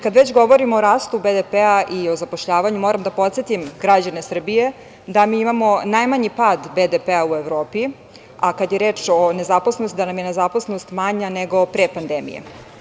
Kad već govorimo o rastu BDP i o zapošljavanju moram da podsetim građane Srbije da mi imamo najmanji pad BDP u Evropi, a kad je reč o nezaposlenosti da nam je nezaposlenost manja nego pre pandemije.